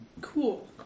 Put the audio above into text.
Cool